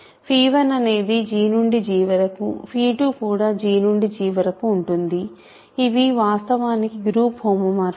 1అనేది G నుండి G వరకు 2 కూడా Gనుండి G వరకు ఉంటుంది ఇవి వాస్తవానికి గ్రూప్ హోమోమార్ఫిజమ్స్